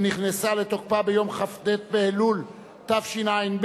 שנכנסה לתוקפה ביום כ"ט באלול תשע"ב,